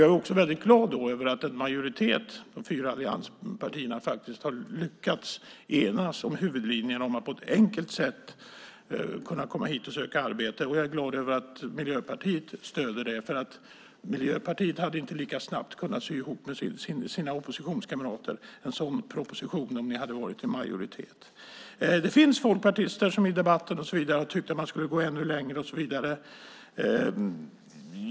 Jag är väldigt glad över att en majoritet, de fyra allianspartierna, faktiskt har lyckats enas om huvudlinjerna för hur man på ett enkelt sätt ska kunna komma hit och söka arbete. Jag är också väldigt glad över att Miljöpartiet stöder det, för Miljöpartiet hade inte lika snabbt kunnat sy ihop en sådan proposition med sina oppositionskamrater om ni hade varit i majoritet. Det finns folkpartister som i debatten och så vidare har tyckt att man skulle gå ännu längre.